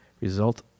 Result